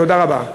תודה רבה.